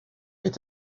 est